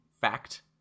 fact